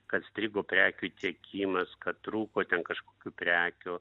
kad strigo prekių tiekimas kad trūko ten kažkokių prekių